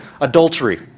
adultery